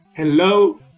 Hello